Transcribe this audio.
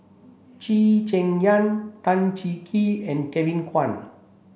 Cheng Yan Tan Cheng Kee and Kevin Kwan